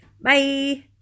bye